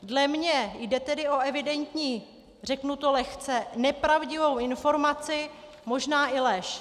Dle mě jde tedy o evidentní řeknu to lehce nepravdivou informaci, možná i lež.